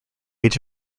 age